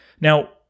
Now